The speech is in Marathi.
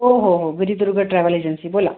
हो हो हो गिरीदुर्ग ट्रॅव्हल एजन्सी बोला